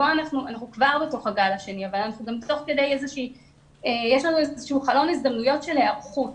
אנחנו כבר בתוך הגל השני אבל יש לנו איזשהו חלון הזדמנויות של היערכות.